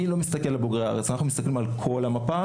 אני לא מסתכל על בוגרי הארץ אלא על כל המפה.